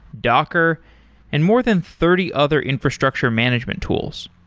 docker and more than thirty other infrastructure management tools.